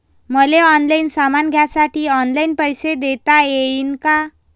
मले ऑनलाईन सामान घ्यासाठी ऑनलाईन पैसे देता येईन का?